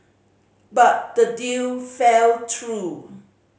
but the deal felt through